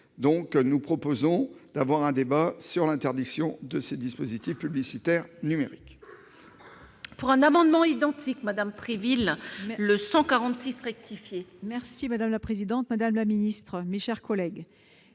». Nous proposons donc de débattre de l'interdiction de ces dispositifs publicitaires numériques.